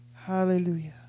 Hallelujah